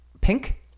Pink